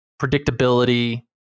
predictability